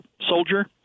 soldier